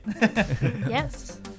Yes